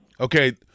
Okay